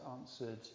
answered